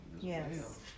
Yes